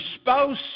spouse